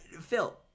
Phil